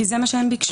כי זה מה שהם ביקשו.